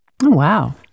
Wow